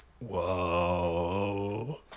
Whoa